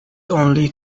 only